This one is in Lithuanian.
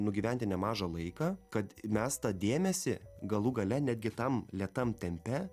nugyventi nemažą laiką kad mes tą dėmesį galų gale netgi tam lėtam tempe